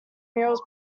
murals